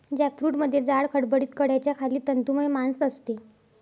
जॅकफ्रूटमध्ये जाड, खडबडीत कड्याच्या खाली तंतुमय मांस असते